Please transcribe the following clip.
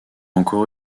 encore